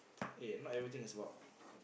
eh not everything is about